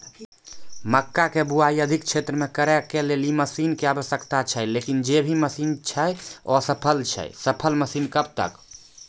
मक्का के बुआई अधिक क्षेत्र मे करे के लेली मसीन के आवश्यकता छैय लेकिन जे भी मसीन छैय असफल छैय सफल मसीन कब तक?